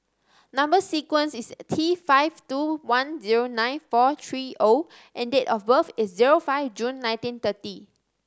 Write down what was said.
number sequence is T five two one zero nine four three O and date of birth is zero five June nineteen thirty